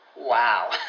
Wow